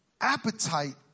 appetite